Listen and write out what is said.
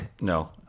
no